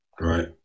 Right